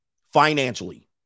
Financially